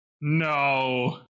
No